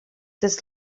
this